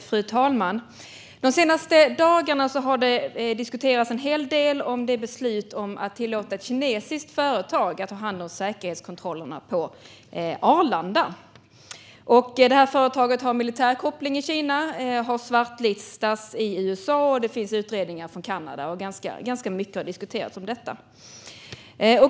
Fru talman! De senaste dagarna har det diskuterats en hel del om beslutet att tillåta ett kinesiskt företag att ta hand om säkerhetskontrollerna på Arlanda. Företaget har militära kopplingar i Kina och har svartlistats i USA, och det finns utredningar från Kanada. Ganska mycket har diskuterats om detta.